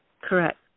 Correct